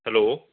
hello